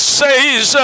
says